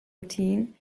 routine